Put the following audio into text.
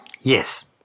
Yes